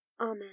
Amen